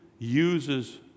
uses